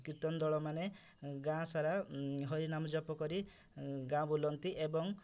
କୀର୍ତ୍ତନ ଦଳମାନେ ଗାଁ ସାରା ହରିନାମ ଜପ କରି ଗାଁ ବୁଲନ୍ତି ଏବଂ